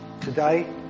today